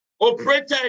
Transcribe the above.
operated